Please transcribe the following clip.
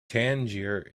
tangier